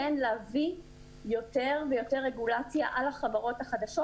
להביא יותר ויותר רגולציה על החברות החדשות.